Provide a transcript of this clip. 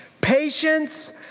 patience